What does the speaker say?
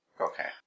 Okay